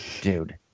dude